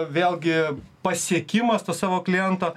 vėlgi pasiekimas to savo kliento